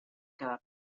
quedar